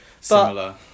Similar